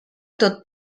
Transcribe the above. tot